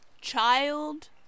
child